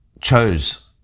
chose